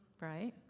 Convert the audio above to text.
right